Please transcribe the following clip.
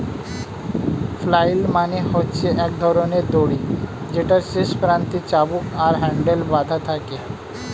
flail মানে হচ্ছে এক ধরণের দড়ি যেটার শেষ প্রান্তে চাবুক আর হ্যান্ডেল বাধা থাকে